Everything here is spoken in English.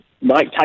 Mike